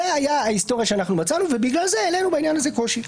זאת ההיסטוריה שמצאנו ובגלל זה העלינו בעניין הזה קושי.